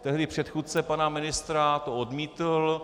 Tehdy předchůdce pana ministra to odmítl.